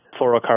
fluorocarbon